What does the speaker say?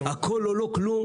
הכל או לא כלום,